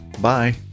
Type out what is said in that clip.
bye